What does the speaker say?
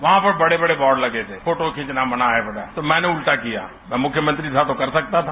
वहां पर बड़े बड़े बोर्ड लगे थे फोटो खींचना मना है तो मैंने उलटा किया मैं मुख्यमंत्री था तो कर सकता था